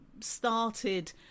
started